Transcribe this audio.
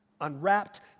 unwrapped